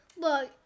look